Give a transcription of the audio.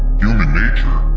human nature?